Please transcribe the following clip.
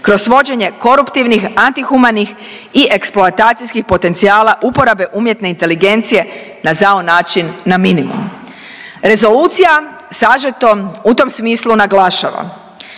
kroz vođenje koruptivnih, antihumanih i eksploatacijskih potencijala uporabe umjetne inteligencije na zao način na minimum. Rezolucija sažeto u tom smislu naglašava